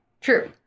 True